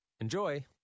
Enjoy